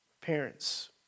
Parents